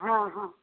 ହଁ ହଁ